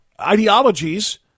ideologies